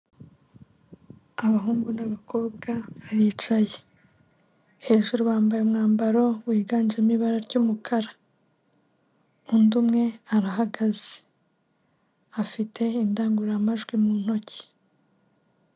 Abahungu n'abakobwa baricaye, hejuru bambaye umwambaro wiganjemo ibara ry'umukara undi umwe arahagaze afite indangururamajwi mu ntoki.